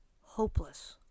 hopeless